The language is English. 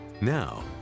Now